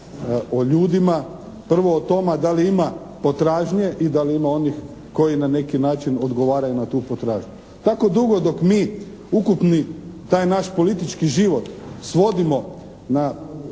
o ljudima. Prvo o tome da li ima potražnje i da li ima onih koji na neki način odgovaraju na tu potražnju? Tako dugo dok mi ukupni, taj naš politički život svodimo na,